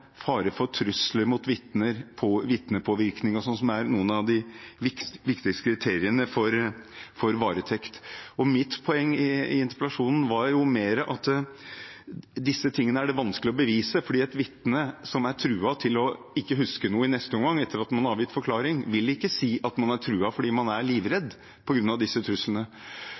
fare for trusler mot vitner, vitnepåvirkning osv., som er noen av de viktigste kriteriene for varetekt. Mitt poeng i interpellasjonen var jo mer at disse tingene er det vanskelig å bevise, for et vitne som er truet til ikke å huske noe i neste omgang, etter at man har avgitt forklaring, vil ikke si at man er truet, fordi man er livredd på grunn av disse truslene.